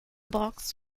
box